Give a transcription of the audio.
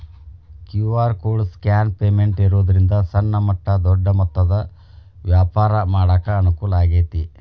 QR code scan payment ಇರೋದ್ರಿಂದ ಸಣ್ಣ ಮಟ್ಟ ದೊಡ್ಡ ಮೊತ್ತದ ವ್ಯಾಪಾರ ಮಾಡಾಕ ಅನುಕೂಲ ಆಗೈತಿ